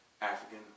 African